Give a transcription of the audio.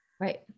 Right